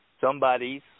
Somebody's